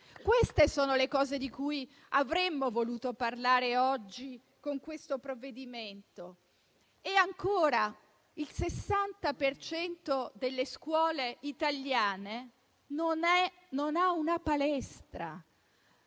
Queste sono le cose di cui avremmo voluto parlare oggi con questo provvedimento. Il 60 per cento delle scuole italiane non ha una palestra.